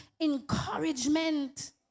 encouragement